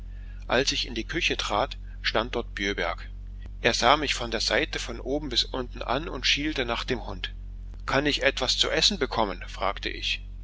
als ich in die küche trat stand dort bjöberg er sah mich von der seite von oben bis unten an und schielte nach dem hund kann ich etwas zu essen bekommen fragte ich